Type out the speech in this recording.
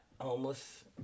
homeless